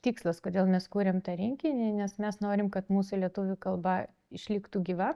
tikslas kodėl mes kuriam tą rinkinį nes mes norim kad mūsų lietuvių kalba išliktų gyva